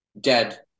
dead